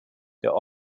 der